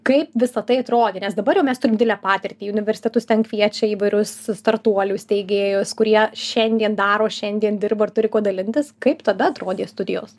kaip visa tai atrodė nes dabar jau mes turim didelę patirtį universitetus ten kviečia įvairius startuolius steigėjus kurie šiandien daro šiandien dirba ir turi kuo dalintis kaip tada atrodė studijos